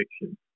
fiction